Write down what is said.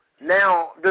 Now